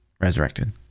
resurrected